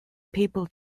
people